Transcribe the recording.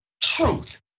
truth